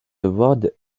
word